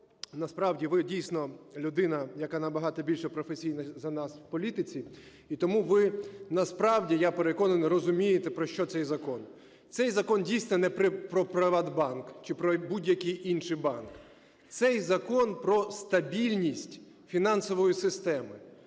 Насправді ви дійсно людина, яка набагато більше професійна за нас в політиці, і тому ви насправді, я переконаний, розумієте, про що цей закон. Цей закон дійсно не про "ПриватБанк" чи про будь-який інший банк, цей закон про стабільність фінансової системи.